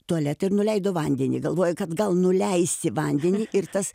tualetą ir nuleido vandenį galvoja kad gal nuleisti vandenį ir tas